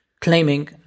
claiming